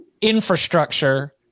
infrastructure